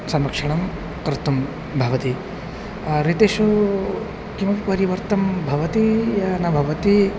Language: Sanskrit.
संरक्षणं कर्तुं भवति ऋतुषु किमपि परिवर्तनं भवति वा न भवति